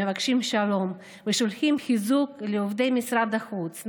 מבקשים שלום ושולחים חיזוק לעובדי משרד החוץ,